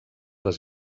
les